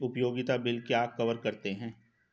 उपयोगिता बिल क्या कवर करते हैं?